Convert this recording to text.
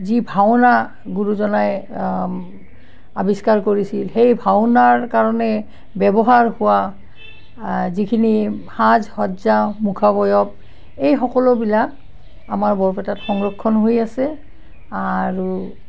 যি ভাওনা গুৰুজনাই আৱিষ্কাৰ কৰিছিল সেই ভাওনাৰ কাৰণে ব্যৱহাৰ হোৱা যিখিনি সাজ সজ্জা মুখাবয়ব এই সকলোবিলাক আমাৰ বৰপেটাত সংৰক্ষণ হৈ আছে আৰু